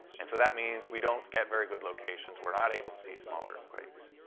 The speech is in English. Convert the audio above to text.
and so that means we don't get very good locations. we're not able to see small earthquakes.